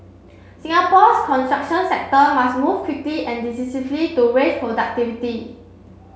Singapore's construction sector must move quickly and decisively to raise productivity